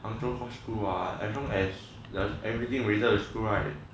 杭州 cause school what as long as everything related to school right